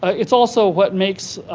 it's also what makes